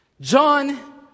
John